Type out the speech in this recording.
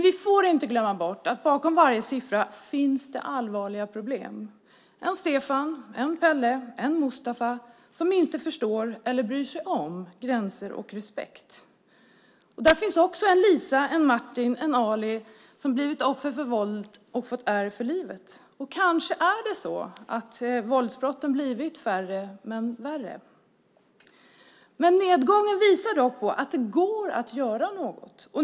Vi får inte glömma bort att det bakom varje siffra finns allvarliga problem - en Stefan, en Pelle, en Mustafa som inte förstår eller inte bryr sig om gränser och respekt. Där finns också en Lisa, en Martin, en Ali som blivit offer för våld och fått ärr för livet. Kanske är det så att våldsbrotten blivit färre men värre. Nedgången visar dock att det går att göra något.